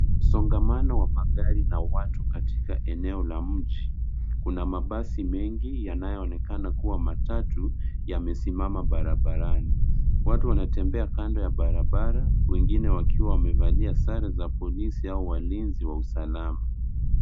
Msongamano wa magari na watu katika eneo ya mji, kuna mabasi mengi, yanayoonekana kuwa matatu, yamesimama barabarani. Watu wanatembea kando ya barabara, wengine wakiwa wamevalia sare za polisi, au walinzi, wa usalama.